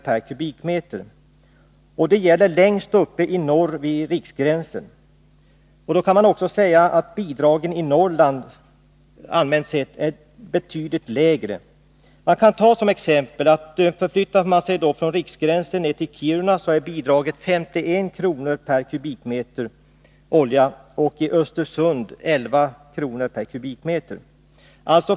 per kubikmeter, och det gäller längst uppe i norr vid riksgränsen. Bidragen i Norrland är dock i allmänhet betydligt lägre. Som exempel kan man ta Kiruna, där bidraget är nere i 51 kr. per kubikmeter olja, och Östersund där bidraget är 11 kr. per kubikmeter.